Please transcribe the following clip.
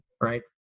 right